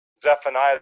Zephaniah